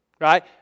Right